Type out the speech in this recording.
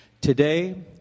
Today